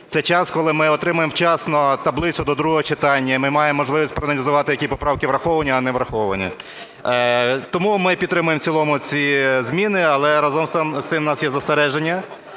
Це час коли ми отримуємо вчасно таблицю до другого читання, і ми маємо можливість проаналізувати, які поправки раховані, а які - не враховані. Тому ми підтримуємо в цілому ці зміни, але, разом з тим, в нас є застереження